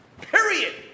Period